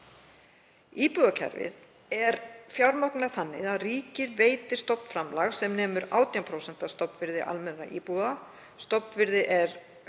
Íbúðakerfið er fjármagnað þannig að ríkið veitir stofnframlag sem nemur 18% af stofnvirði almennra íbúða. Stofnvirði er